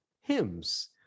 hymns